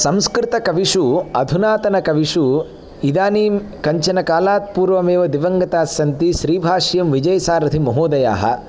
संस्कृतकविषु अधुनातन कविषु इदानीं कञ्चनकालात् पूर्वमेव दिवङ्गताः सन्ति श्रीभाष्यविजयसारथिमहोदयाः